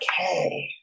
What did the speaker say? okay